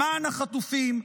למען החטופים,